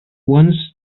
once